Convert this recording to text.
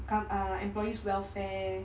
ah employees welfare